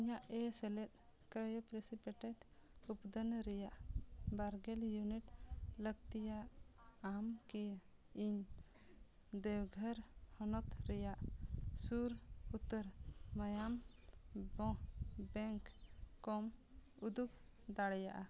ᱤᱧᱟᱹᱜ ᱮ ᱥᱮᱞᱮᱫ ᱠᱨᱟᱭᱚᱯᱨᱮᱥᱤᱯᱮᱴᱮᱴ ᱩᱯᱫᱟᱹᱱ ᱨᱮᱭᱟᱜ ᱵᱟᱨᱜᱮᱞ ᱩᱱᱤᱴ ᱞᱟᱹᱠᱛᱤᱭᱟᱜ ᱟᱢ ᱠᱤ ᱤᱧ ᱰᱮᱣᱜᱷᱚᱨ ᱦᱚᱱᱚᱛ ᱨᱮᱭᱟᱜ ᱥᱩᱨ ᱩᱛᱟᱹᱨ ᱢᱟᱭᱟᱢ ᱵᱮᱝᱠ ᱠᱚᱢ ᱩᱫᱩᱜ ᱫᱟᱲᱮᱭᱟᱜᱼᱟ